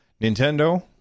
Nintendo